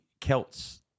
Celts